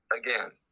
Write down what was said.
again